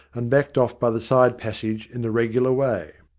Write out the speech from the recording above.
and backed off by the side passage in the regular way.